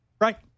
Right